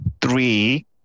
three